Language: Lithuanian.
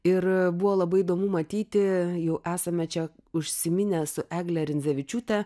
ir buvo labai įdomu matyti jau esame čia užsiminę su egle rindzevičiūte